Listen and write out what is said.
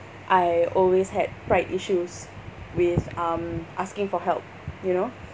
I always had pride issues with um asking for help you know